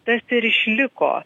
tas ir išliko